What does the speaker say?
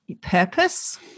purpose